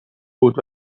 بود